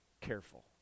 careful